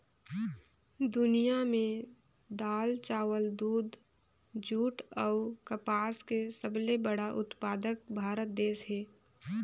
दुनिया में दाल, चावल, दूध, जूट अऊ कपास के सबले बड़ा उत्पादक भारत देश हे